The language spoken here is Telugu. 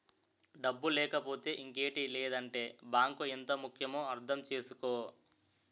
డబ్బు లేకపోతే ఇంకేటి లేదంటే బాంకు ఎంత ముక్యమో అర్థం చేసుకో